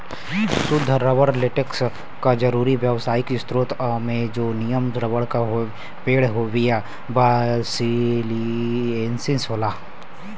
सुद्ध rubber latex क जरुरी व्यावसायिक स्रोत अमेजोनियन रबर क पेड़ हेविया ब्रासिलिएन्सिस होला